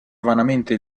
vanamente